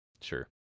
Sure